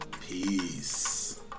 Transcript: Peace